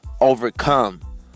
overcome